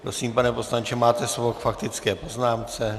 Prosím, pane poslanče, máte slovo k faktické poznámce.